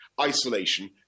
isolation